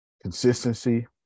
consistency